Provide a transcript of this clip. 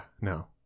no